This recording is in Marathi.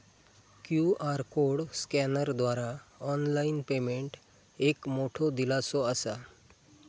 क्यू.आर कोड स्कॅनरद्वारा ऑनलाइन पेमेंट एक मोठो दिलासो असा